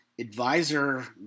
advisor